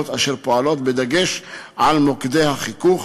אשר פועלות בדגש על מוקדי החיכוך,